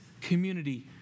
community